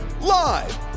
Live